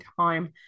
time